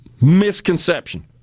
misconception